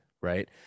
Right